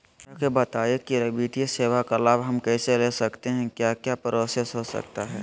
हमरा के बताइए की वित्तीय सेवा का लाभ हम कैसे ले सकते हैं क्या क्या प्रोसेस हो सकता है?